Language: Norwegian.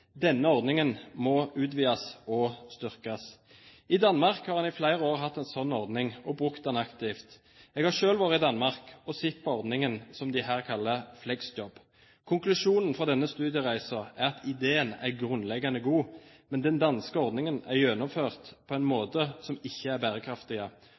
Denne ordningen må utvides og styrkes. I Danmark har en i flere år hatt en slik ordning og brukt den aktivt. Jeg har selv vært i Danmark og sett på ordningen, som de her kaller «flexjob». Konklusjonen fra denne studiereisen er at ideen er grunnleggende god. Men den danske ordningen er gjennomført på en måte som ikke er bærekraftig.